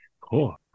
Cool